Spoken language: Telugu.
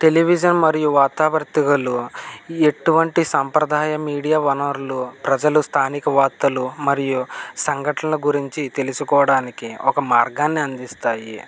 టెలివిజన్ మరియు వార్తా పత్రికలూ ఎటువంటి సంప్రదాయ మీడియా వనరులు ప్రజలు స్థానిక వార్తలు మరియు సంఘటనల గురించి తెలుసుకోవడానికి ఒక మార్గాన్ని అందిస్తాయి